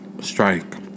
strike